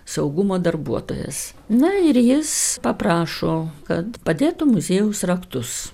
saugumo darbuotojas na ir jis paprašo kad padėtų muziejaus raktus